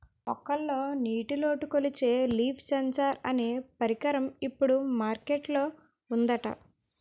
మొక్కల్లో నీటిలోటు కొలిచే లీఫ్ సెన్సార్ అనే పరికరం ఇప్పుడు మార్కెట్ లో ఉందట